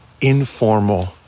informal